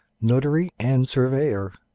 notary, and surveyor